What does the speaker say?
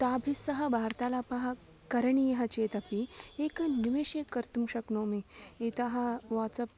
ताभिः सह वार्तालापः करणीयः चेदपि एकनिमिषे कर्तुं शक्नोमि यतः वाट्सप्